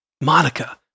Monica